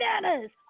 bananas